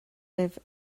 libh